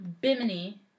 Bimini